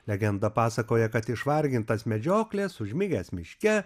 legenda pasakoja kad išvargintas medžioklės užmigęs miške